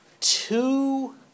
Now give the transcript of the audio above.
two